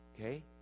Okay